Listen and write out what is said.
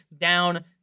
down